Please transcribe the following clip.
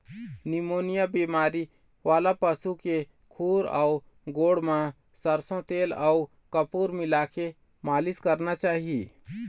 pneumonia बेमारी वाला पशु के खूर अउ गोड़ म सरसो तेल अउ कपूर मिलाके मालिस करना चाही